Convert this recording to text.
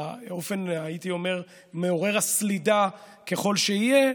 באופן, הייתי אומר, מעורר סלידה ככל שיהיה,